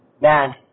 man